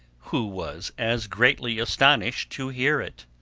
who was as greatly astonished to hear it.